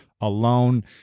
alone